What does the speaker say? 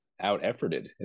out-efforted